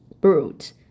Brute